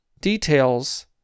details